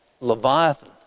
leviathan